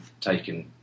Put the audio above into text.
taken